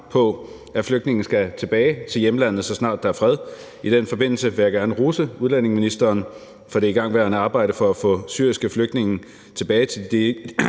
ved, at flygtninge skal tilbage til hjemlandet, så snart der er fred. I den forbindelse vil jeg gerne rose udlændinge- og integrationsministeren for det igangværende arbejde med at få syriske flygtninge tilbage til de